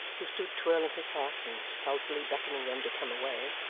who stood twirling his hat, and stealthily beckoning them to come away,